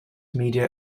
media